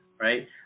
right